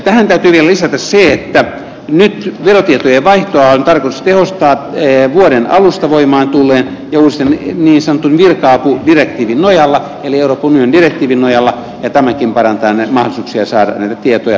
tähän täytyy vielä lisätä se että nyt verotietojen vaihtoa on tarkoitus tehostaa vuoden alusta voimaan tulleen ja uuden niin sanotun virka apudirektiivin nojalla eli euroopan unionin direktiivin nojalla ja tämäkin parantaa mahdollisuuksia saada näitä tietoja kyprokselta